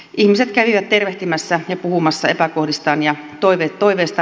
ihmiset kävivät tervehtimässä ja puhumassa epäkohdista ja toiveistaan